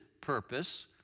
purpose